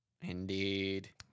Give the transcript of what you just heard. Indeed